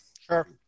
Sure